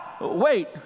Wait